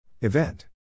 Event